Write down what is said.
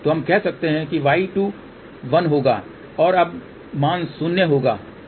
तो हम कह सकते हैं कि y2 1 होगा और अब मान शून्य होगा